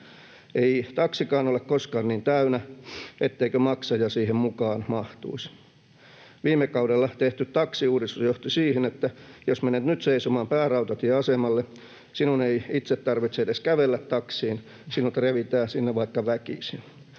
Ei taksikaan ole koskaan niin täynnä, etteikö maksaja siihen mukaan mahtuisi. Viime kaudella tehty taksiuudistus johti siihen, että jos menet nyt seisomaan Päärautatieasemalle, sinun ei itse tarvitse edes kävellä taksiin, sinut revitään sinne vaikka väkisin.